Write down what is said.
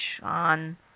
on